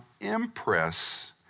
impress